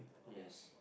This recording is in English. yes